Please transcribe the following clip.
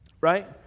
right